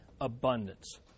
abundance